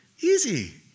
easy